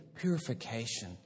purification